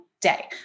day